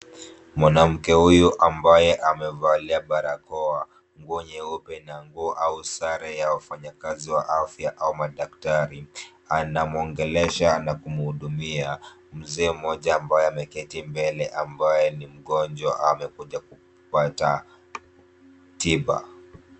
Mwanamke huyu ambaye amevalia barakoa nguo nyeupe na nguo au sare ya wafanyakazi wa afya au madaktari, anamuongelesha na kumhudumia mzee mmoja ambaye ameketi mbele ambaye ni mgonjwa amekuja kupata tiba.